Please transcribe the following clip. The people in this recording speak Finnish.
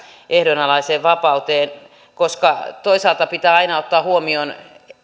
ehdonalaiseen vapauteen toisaalta pitää aina ottaa huomioon